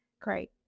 Great